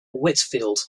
whitfield